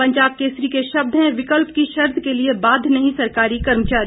पंजाब केसरी के शब्द हैं विकल्प की शर्त के लिए बाध्य नहीं सरकारी कर्मचारी